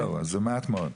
זה מעט מאוד.